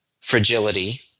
fragility